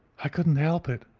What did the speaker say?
i could not help it,